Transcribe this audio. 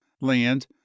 land